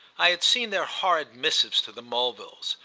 i had seen their horrid missives to the mulvilles,